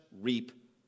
reap